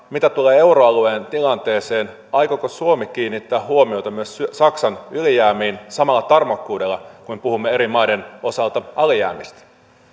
mitä tulee euroalueen tilanteeseen aikooko suomi kiinnittää huomiota saksan ylijäämiin samalla tarmokkuudella kuin puhumme eri maiden osalta alijäämistä